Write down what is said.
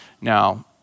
Now